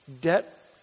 Debt